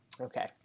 Okay